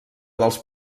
dels